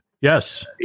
Yes